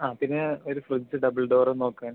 ആ പിന്നെ ഒര് ഫ്രിഡ്ജ് ഡബിൾ ഡോറും നോക്കാൻ